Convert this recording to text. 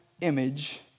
image